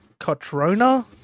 Cotrona